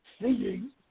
seeing